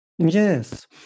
Yes